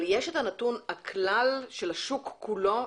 אבל יש את הנתון של השוק כולו,